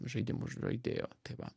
žaidimų žaidėjų tai va